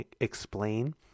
explain